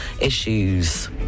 issues